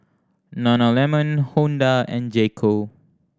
Nana Lemon Honda and J Co